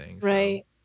Right